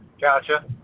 Gotcha